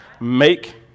make